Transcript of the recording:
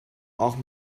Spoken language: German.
auch